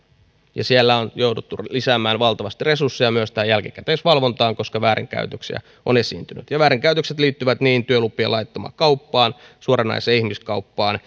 ja siellä on jouduttu lisäämään valtavasti resursseja myös tähän jälkikäteisvalvontaan koska väärinkäytöksiä on esiintynyt ja väärinkäytökset liittyvät niin työlupien laittomaan kauppaan kuin suoranaiseen ihmiskauppaan